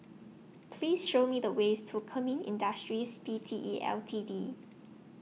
Please Show Me The ways to Kemin Industries P T E L T D